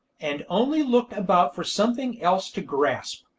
and only looked about for something else to grasp.